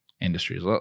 industries